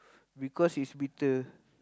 because it's bitter